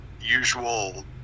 usual